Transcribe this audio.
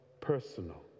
personal